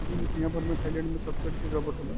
दुनिया भर में थाईलैंड में सबसे ढेर रबड़ होला